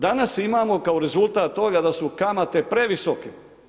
Danas imamo kao rezultat toga da su kamate previsoke.